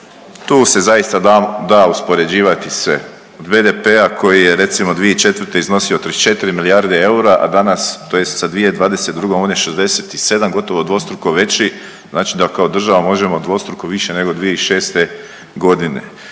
tu se zaista da, da uspoređivati sve, od BDP-a koji je recimo 2004. iznosio 34 milijarde eura, a danas tj. sa 2022. on je 67, gotovo dvostruko veći, znači da kao država možemo dvostruko više nego 2006.g..